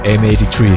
M83